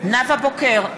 נאוה בוקר,